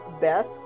Beth